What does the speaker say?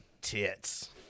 tits